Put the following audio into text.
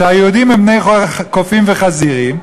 שהיהודים הם בני קופים וחזירים,